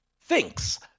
thinks